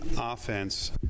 offense